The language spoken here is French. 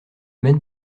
mène